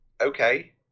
okay